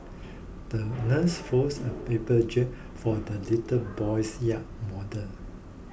the nurse folded a paper jib for the little boy's yacht model